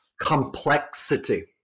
complexity